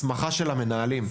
הסמכה של המנהלים.